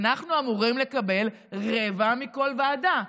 אנחנו אמורים לקבל רבע מכל ועדה,